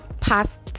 past